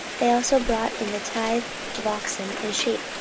they also brought in the tithe of oxen and sheep,